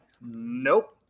nope